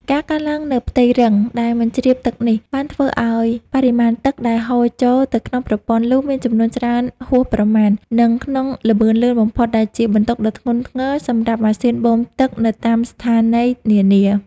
ការកើនឡើងនូវផ្ទៃរឹងដែលមិនជ្រាបទឹកនេះ បានធ្វើឱ្យបរិមាណទឹកដែលហូរចូលទៅក្នុងប្រព័ន្ធលូមានចំនួនច្រើនហួសប្រមាណ និងក្នុងល្បឿនលឿនបំផុត ដែលជាបន្ទុកដ៏ធ្ងន់ធ្ងរសម្រាប់ម៉ាស៊ីនបូមទឹកនៅតាមស្ថានីយនានា។